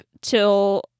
till